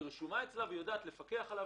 היא תדע לפקח עליה,